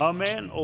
Amen